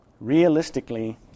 realistically